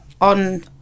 on